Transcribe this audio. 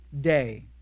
day